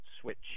switch